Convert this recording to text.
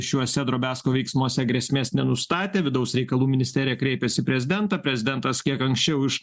šiuose drobesko veiksmuose grėsmės nenustatė vidaus reikalų ministerija kreipėsi į prezidentą prezidentas kiek anksčiau iš